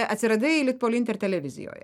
atsiradai litpoliinter televizijoje